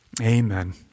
Amen